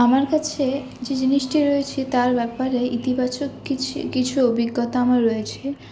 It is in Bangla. আমার কাছে যে জিনিসটি রয়েছে তার ব্যাপারে ইতিবাচক কিছু কিছু অভিজ্ঞতা আমার রয়েছে